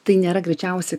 tai nėra greičiausiai